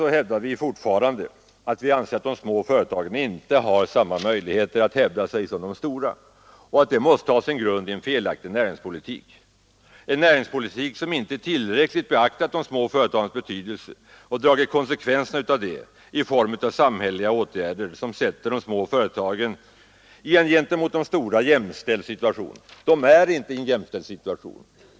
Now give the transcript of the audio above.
Vi anser fortfarande att de små företagen på det här området inte har samma möjligheter att hävda sig som de stora och att det måste ha sin grund i en felaktig näringspolitik, en näringspolitik som inte tillräckligt beaktat de små företagens betydelse och dragit konsekvenserna av denna i form av samhälleliga åtgärder som gör de små företagen jämställda med de stora. Det är de inte i dag.